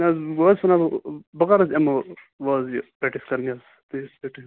نا حظ بہٕ حظ چھُس ونان بہٕ کَر یِمہٕ یہِ حظ یہِ پرٛیٚکٹٕس کَرنہِ حظ